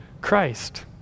Christ